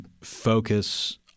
focus